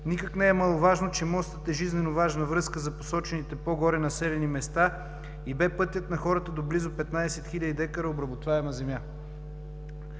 Никак не е маловажно, че мостът е жизненоважна връзка за посочените по-горе населени места и бе пътят на хората до близо 15 хил. декара обработваема земя.